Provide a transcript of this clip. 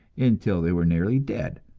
until they were nearly dead,